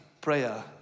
prayer